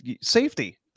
safety